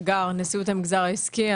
הגר, נשיאות המגזר העסקי.